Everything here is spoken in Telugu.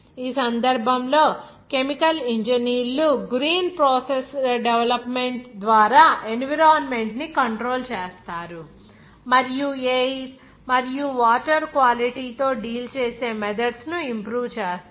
ఈ సందర్భంలో కెమికల్ ఇంజనీర్లు గ్రీన్ ప్రాసెసస్ డెవలప్మెంట్ ద్వారా ఎన్విరాన్మెంట్ ని కంట్రోల్ చేస్తారు మరియు ఎయిర్ మరియు వాటర్ క్వాలిటీ తో డీల్ చేసే మెథడ్స్ ను ఇంప్రూవ్ చేస్తారు